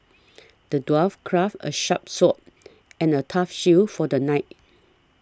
the dwarf crafted a sharp sword and a tough shield for the knight